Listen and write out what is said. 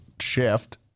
shift